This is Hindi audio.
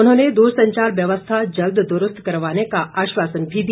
उन्होंने दूरसंचार व्यवस्था जल्द दुरुस्त करवाने का आश्वासन भी दिया